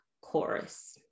chorus